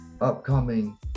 upcoming